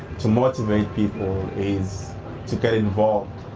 to motivate people is to get involved,